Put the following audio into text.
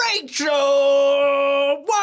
Rachel